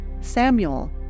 Samuel